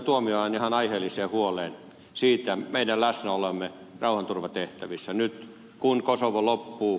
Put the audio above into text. tuomiojan ihan aiheelliseen huoleen siitä meidän läsnäolostamme rauhanturvatehtävissä nyt kun kosovo loppuu